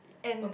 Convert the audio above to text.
and